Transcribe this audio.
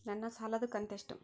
ನನ್ನ ಸಾಲದು ಕಂತ್ಯಷ್ಟು?